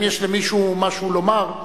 האם יש למישהו משהו לומר?